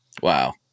wow